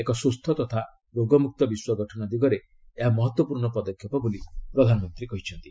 ଏକ ସୁସ୍ଥ ତଥା ରୋଗମୁକ୍ତ ବିଶ୍ୱ ଗଠନ ଦିଗରେ ଏହା ମହତ୍ୱପୂର୍ଷ ପଦକ୍ଷେପ ବୋଲି ପ୍ରଧାନମନ୍ତ୍ରୀ କହିଛନ୍ତି